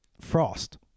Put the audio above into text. Frost